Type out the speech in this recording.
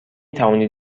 توانید